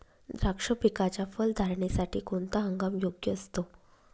द्राक्ष पिकाच्या फलधारणेसाठी कोणता हंगाम योग्य असतो?